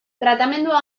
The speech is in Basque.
tratamendua